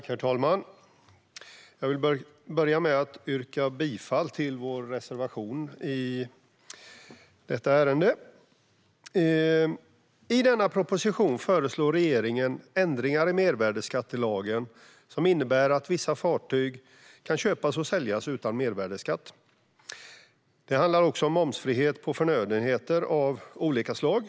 Herr talman! Jag vill börja med att yrka bifall till Sverigedemokraternas reservation i detta ärende. I denna proposition föreslår regeringen ändringar i mervärdesskattelagen vilka innebär att vissa fartyg kan köpas och säljas utan mervärdesskatt. Den handlar också om momsfrihet på förnödenheter av olika slag.